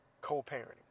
co-parenting